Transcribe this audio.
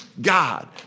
God